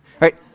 right